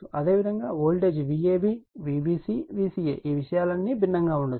అదేవిధంగా voltage Vab Vbc Vca ఈ విషయాలన్నీ భిన్నంగా ఉండవచ్చు